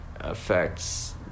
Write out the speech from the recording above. affects